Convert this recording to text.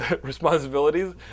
responsibilities